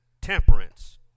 temperance